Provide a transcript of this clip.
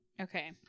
Okay